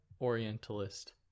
Orientalist